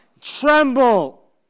tremble